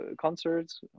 concerts